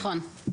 נכון.